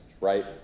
right